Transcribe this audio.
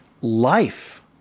life